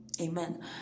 Amen